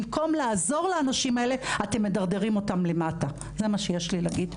במקום לעזור לאנשים האלה אתם מדרדרים אותם למטה זה מה שיש לי להגיד.